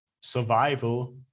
survival